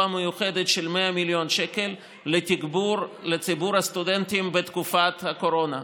מיוחדת של 100 מיליון שקל לציבור הסטודנטים בתקופת הקורונה.